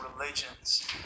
religions